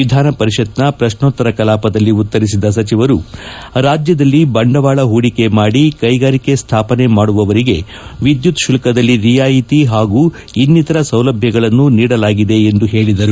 ವಿಧಾನ ಪರಿಷತ್ತಿನ ಪ್ರಶ್ನೋತ್ತರ ಕಲಾಪದಲ್ಲಿ ಉತ್ತರಿಸಿದ ಸಚಿವರು ರಾಜ್ಯದಲ್ಲಿ ಬಂಡವಾಳ ಹೂಡಿಕೆ ಮಾಡಿ ಕೈಗಾರಿಕೆ ಸ್ವಾಪನೆ ಮಾಡುವವರಿಗೆ ವಿದ್ಯುತ್ ಶುಲ್ಕದಲ್ಲಿ ರಿಯಾಯಿತಿ ಹಾಗೂ ಇನ್ನಿತರ ಸೌಲಭ್ಯಗಳನ್ನು ನೀಡಲಾಗಿದೆ ಎಂದು ಹೇಳಿದರು